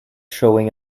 showing